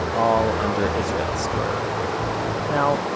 all under israel story now,